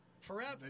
forever